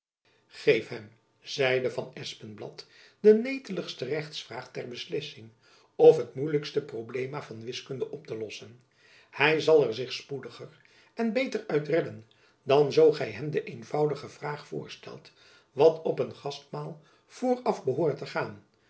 geef hem zeide van espenblad de neteligste rechtsvraag ter beslissing of het moeilijkste problema van wiskunde op te lossen hy zal er zich spoediger en beter uit redden dan zoo gy hem de eenvoudige vraag voorstelt wat op een gastmaal vooraf behoort te gaan